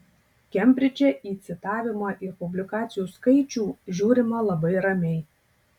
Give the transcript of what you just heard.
kembridže į citavimą ir publikacijų skaičių žiūrima labai ramiai